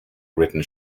written